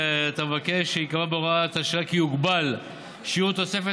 אתה מבקש שייקבע בהוראת השעה כי יוגבל שיעור תוספת